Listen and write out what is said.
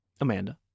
Amanda